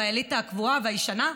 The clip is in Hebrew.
באליטה הקבועה והישנה?